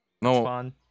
No